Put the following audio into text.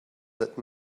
that